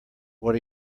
what